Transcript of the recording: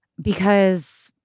because